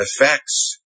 effects